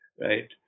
right